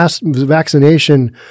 vaccination